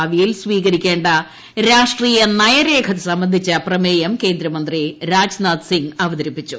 ഭാവിയിൽ സ്വീകരിക്കേണ്ട രാഷ്ട്രീയ നയരേഖ സംബന്ധിച്ച പ്രമേയം കേന്ദ്രമന്ത്രി രാജ്നാഥ് സിംഗ് അവതരിപ്പിച്ചു